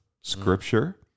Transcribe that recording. scripture